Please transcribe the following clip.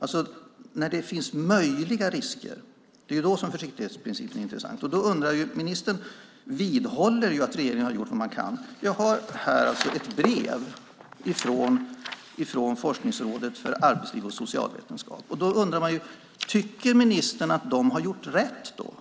Det är när det gäller möjliga risker som försiktighetsprincipen är intressant. Ministern vidhåller att regeringen har gjort vad man kan. Jag har här ett brev från Forskningsrådet för arbetsliv och socialvetenskap. Tycker ministern att de har gjort rätt?